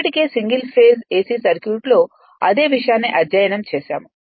ఇప్పటికే single phase AC circuit లో అదే విషయాన్ని అధ్యయనం చేసాము